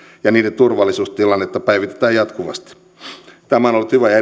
ja niiden turvallisuustilannetta päivitetään jatkuvasti tämä